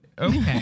Okay